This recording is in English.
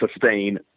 sustain